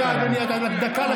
רגע, אדוני, דקה.